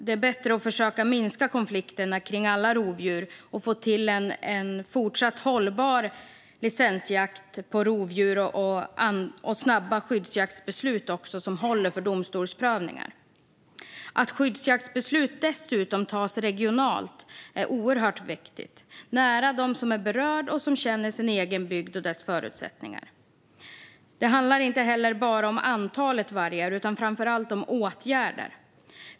Det är bättre att försöka minska konflikterna kring alla rovdjur och få till en fortsatt hållbar licensjakt på rovdjur och också snabba skyddsjaktsbeslut som håller för domstolsprövningar. Att skyddsjaktsbeslut dessutom fattas regionalt är oerhört viktigt. Det ska vara nära dem som är berörda och känner sin egen bygd och dess förutsättningar. Det handlar inte heller bara om antalet vargar utan framför allt om åtgärder.